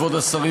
כבוד השרים,